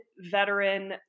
veteran